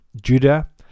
Judah